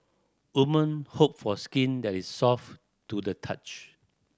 women hope for skin that is soft to the touch